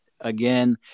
again